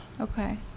Okay